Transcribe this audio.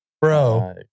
Bro